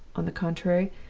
on the contrary,